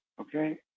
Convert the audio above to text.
Okay